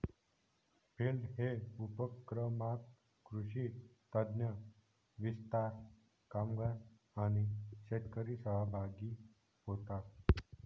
field day उपक्रमात कृषी तज्ञ, विस्तार कामगार आणि शेतकरी सहभागी होतात